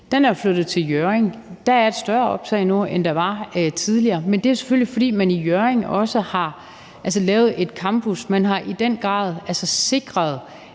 er den flyttet til Hjørring. Der er et større optag nu, end der var tidligere, men det er selvfølgelig, fordi man i Hjørring også har lavet en campus; man har i den grad sikret,